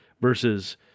versus